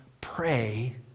pray